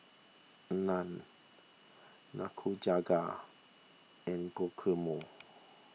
Naan Nikujaga and Guacamole